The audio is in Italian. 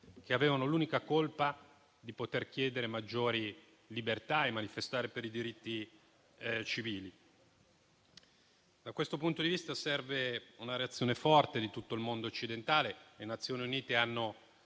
che avevano l'unica colpa di voler chiedere maggiori libertà e manifestare per i diritti civili. Da questo punto di vista, serve una reazione forte di tutto il mondo occidentale. Le Nazioni Unite hanno